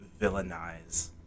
villainize